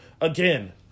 Again